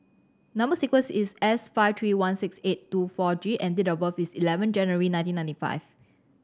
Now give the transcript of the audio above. number sequence is S five three one six eight two four G and date of birth is eleven January nineteen ninety five